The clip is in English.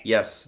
Yes